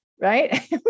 right